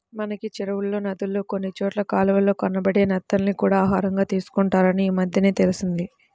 మనకి చెరువుల్లో, నదుల్లో కొన్ని చోట్ల కాలవల్లో కనబడే నత్తల్ని కూడా ఆహారంగా తీసుకుంటారని ఈమద్దెనే తెలిసింది